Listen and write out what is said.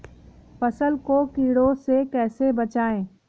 फसल को कीड़ों से कैसे बचाएँ?